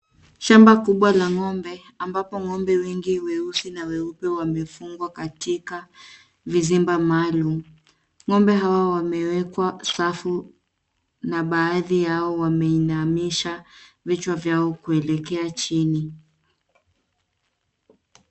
Shamba kubwa la ng'ombe ambapo ng'ombe wengi weusi na weupe wamefungwa katika vizimba maalum. Ng'ombe hawa wamewekwa safu na baadhi yao wameinamisha vichwa vyao kuelekea chini.